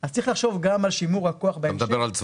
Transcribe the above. אז צריך לחשוב גם על שימור הכוח בהמשך.